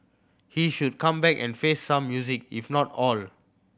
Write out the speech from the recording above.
he should come back and face some music if not all